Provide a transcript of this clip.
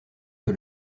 que